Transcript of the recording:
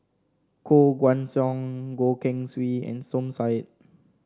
Koh Guan Song Goh Keng Swee and Som Said